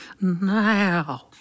Now